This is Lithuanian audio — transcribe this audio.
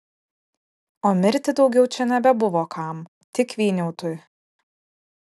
o mirti daugiau čia nebebuvo kam tik vyniautui